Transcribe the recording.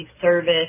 service